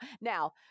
Now